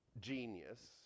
genius